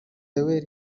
yoweri